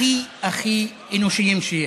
הכי הכי אנושיים שיש.